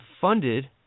funded